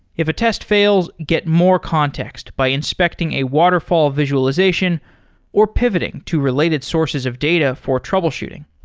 if a test fails, get more context by inspecting a waterfall visualization or pivoting to related sources of data for troubleshooting.